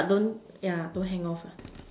but don't yeah don't hang off